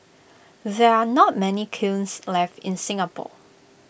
there are not many kilns left in Singapore